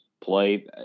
play